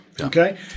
okay